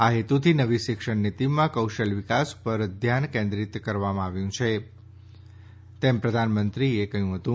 આ હેતુથી નવી શિક્ષણ નીતિમાં કૌશલ્ય વિકાસ ઉપર ધ્યાન કેન્રિનશક્વરવામાં આવ્યું છે તેમ પ્રધાનમંત્રીએ કહ્યું હતું